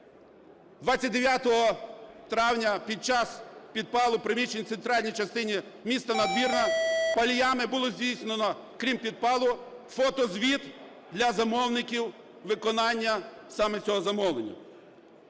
29 травня під час підпалу приміщення в центральній частині міста Надвірна паліями було здійснено, крім підпалу, фотозвіт для замовників виконання саме цього замовлення.